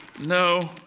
No